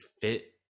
fit